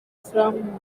from